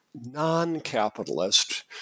non-capitalist